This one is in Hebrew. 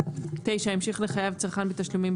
9.המשיך לחייב צרכן בתשלומים,